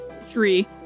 three